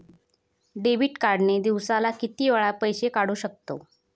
Debit card ने दिवसाला किती वेळा पैसे काढू शकतव?